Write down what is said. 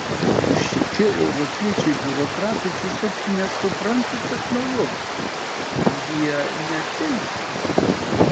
šitie europiečiai biurokratai tiesiog nesupranta technologijų jie neteisūs